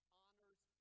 honors